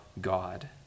God